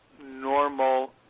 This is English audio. normal